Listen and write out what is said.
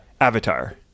Avatar